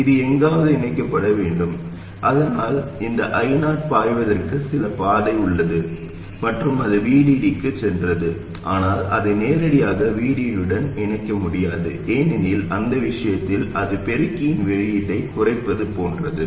இது எங்காவது இணைக்கப்பட வேண்டும் அதனால் இந்த I0 பாய்வதற்கு சில பாதை உள்ளது மற்றும் அது VDD க்கு சென்றது ஆனால் அதை நேரடியாக VDD உடன் இணைக்க முடியாது ஏனெனில் அந்த விஷயத்தில் அது பெருக்கியின் வெளியீட்டை குறைப்பது போன்றது